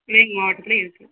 சிவகங்கை மாவட்டத்திலியே இருக்குது